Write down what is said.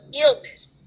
illness